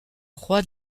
roi